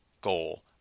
goal